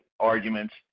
arguments